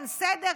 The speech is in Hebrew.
אין סדר,